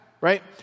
right